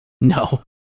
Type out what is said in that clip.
No